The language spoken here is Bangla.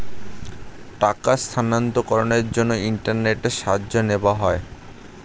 টাকার স্থানান্তরকরণের জন্য ইন্টারনেটের সাহায্য নেওয়া হয়